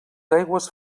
aigües